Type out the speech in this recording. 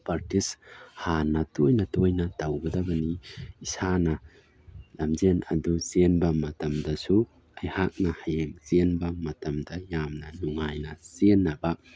practice ꯍꯥꯟꯅ ꯇꯣꯏꯅ ꯇꯣꯏꯅ ꯇꯧꯒꯗꯕꯅꯤ ꯏꯁꯥꯅ ꯂꯝꯖꯦꯜ ꯑꯗꯨ ꯆꯦꯟꯕ ꯃꯇꯝꯗꯁꯨ ꯑꯩꯍꯥꯛꯅ ꯍꯌꯦꯡ ꯆꯦꯟꯕ ꯃꯇꯝꯗ ꯌꯥꯝꯅ ꯅꯨꯡꯉꯥꯏꯅ ꯆꯦꯟꯅꯕ